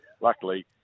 luckily